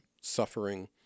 suffering